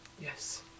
Yes